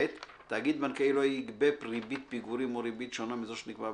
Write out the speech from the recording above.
(ב)תאגיד בנקאי לא יגבה ריבית פיגורים או ריבית שונה מזו שנקבעה